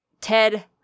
ted